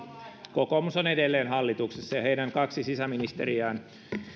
kokoomus on edelleen hallituksessa ja heidän kaksi sisäministeriään